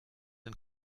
den